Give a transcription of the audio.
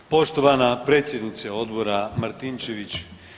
Poštovana predsjednice odbora Martinčević.